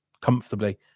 comfortably